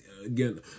Again